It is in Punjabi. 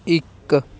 ਇੱਕ